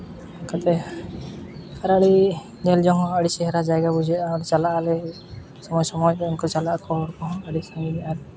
ᱚᱱᱠᱟᱛᱮ ᱟᱨ ᱟᱹᱰᱤ ᱧᱮᱞ ᱡᱚᱝ ᱪᱮᱦᱨᱟ ᱡᱟᱭᱜᱟ ᱵᱩᱡᱷᱟᱹᱜᱼᱟ ᱟᱨ ᱪᱟᱞᱟᱜᱼᱟᱞᱮ ᱥᱚᱢᱚᱭ ᱥᱚᱢᱚᱭ ᱫᱚ ᱩᱱᱠᱩ ᱪᱟᱞᱟᱜ ᱟᱠᱚ ᱟᱹᱰᱤ ᱥᱟᱺᱜᱤᱧ ᱟᱨ